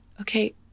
Okay